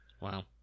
Wow